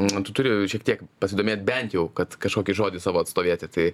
nu tu turi šiek tiek pasidomėt bent jau kad kažkokį žodį savo atstovėti tai